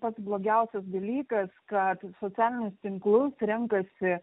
pats blogiausias dalykas kad socialinius tinklus renkasi